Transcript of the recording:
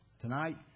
Tonight